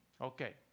Okay